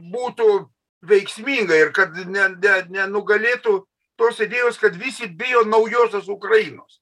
būtų veiksminga ir kad ne ne nenugalėtų tos idėjos kad visi bijo naujosios ukrainos